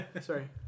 Sorry